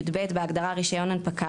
בהגדרה "רישיון הנפקה",